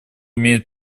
имеет